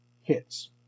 hits